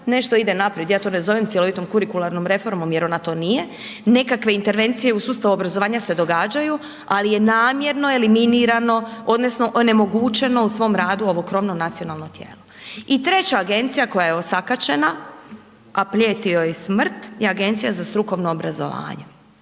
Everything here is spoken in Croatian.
nešto ide naprijed, ja to ne zovem cjelovitom kurikularnom reformom jer ona to nije, nekakve intervencije u sustavu obrazovanja se događaju, ali je namjerno eliminirano odnosno onemogućeno u svom radu ovo krovno nacionalno tijelo. I treća agencija koja je osakaćena, a prijeti joj smrt je Agencija za strukovno obrazovanje.